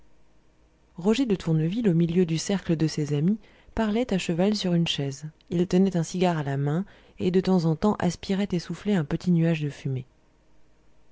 roger de tourneville au milieu du cercle de ses amis parlait à cheval sur une chaise il tenait un cigare à la main et de temps en temps aspirait et soufflait un petit nuage de fumée